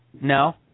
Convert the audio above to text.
No